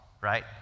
right